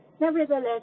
Nevertheless